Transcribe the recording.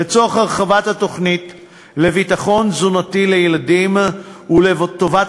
לצורך הרחבת התוכנית לביטחון תזונתי לילדים ולטובת